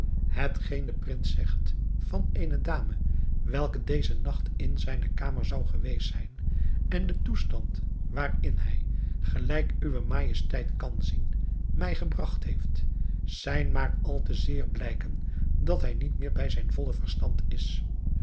de prins zegt van eene dame welke dezen nacht in zijne kamer zou geweest zijn en den toestand waarin hij gelijk uwe majesteit kan zien mij gebragt heeft zijn maar al te zeer blijken dat hij niet meer bij zijn volle verstand is